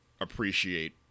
appreciate